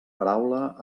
paraula